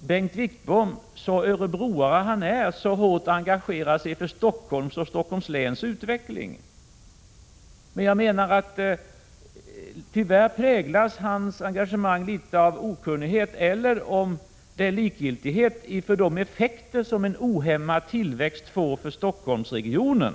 Bengt Wittbom, som är örebroare, så hårt engagerar sig för Stockholms och Stockholms läns utveckling, men tyvärr präglas hans engagemang av okunnighet — eller om det är likgiltighet — om de effekter som en ohämmad tillväxt får för Stockholmsregionen.